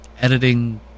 editing